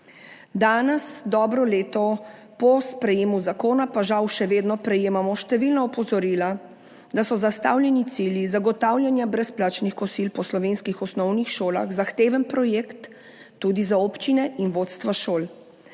Danes, dobro leto po sprejetju zakona, pa žal še vedno prejemamo številna opozorila, da so zastavljeni cilji zagotavljanja brezplačnih kosil po slovenskih osnovnih šolah zahteven projekt tudi za občine in vodstva šol.